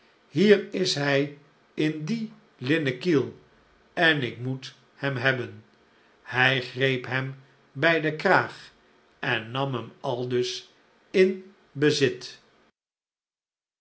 hier is hij in dien linnen kiel en ik moet hem hebben hij greep hem bij den kraag en nam hem aldus in bezit